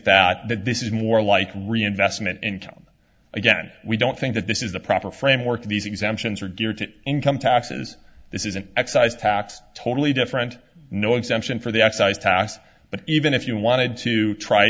that that this is more like reinvestment income again we don't think that this is the proper framework these exemptions are geared to income taxes this is an excise tax totally different no exemption for the excise tax but even if you wanted to try